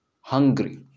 hungry